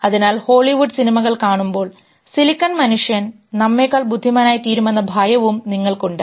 അതിനാൽ ഹോളിവുഡ് സിനിമകൾ കാണുമ്പോൾ സിലിക്കൺ മനുഷ്യൻ നമ്മേക്കാൾ ബുദ്ധിമാനായിത്തീരുമെന്ന ഭയവും നിങ്ങൾക്കുണ്ട്